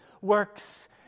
works